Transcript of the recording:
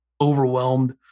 overwhelmed